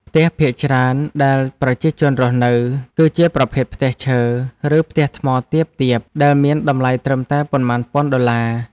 ផ្ទះភាគច្រើនដែលប្រជាជនរស់នៅ គឺជាប្រភេទផ្ទះឈើ ឬផ្ទះថ្មទាបៗដែលមានតម្លៃត្រឹមតែប៉ុន្មានពាន់ដុល្លារ។